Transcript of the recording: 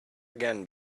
again